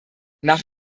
nach